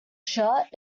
shut